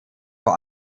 vor